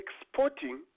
exporting